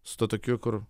su tuo tokiu kur